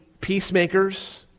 peacemakers